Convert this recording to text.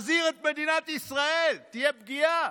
מזהיר את מדינת ישראל: תהיה פגיעה.